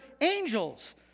angels